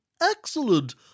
Excellent